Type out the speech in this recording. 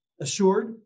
assured